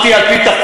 הולך עם סכין.